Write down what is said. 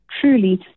truly